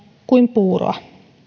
kuin puuroa